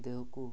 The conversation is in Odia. ଦେହକୁ